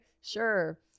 sure